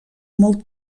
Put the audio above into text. molt